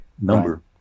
number